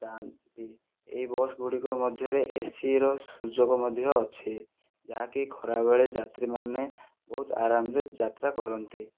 ଯାଆନ୍ତି ଏହି ବସଗୁଡ଼ିକ ମଧ୍ୟରେ ଏସିର ସୁଯୋଗ ମଧ୍ୟ ଅଛି ଯାହାକି ଖରାବେଳେ ଯାତ୍ରୀମାନେ ବହୁତ ଆରାମରେ ଯାତ୍ରା କରନ୍ତି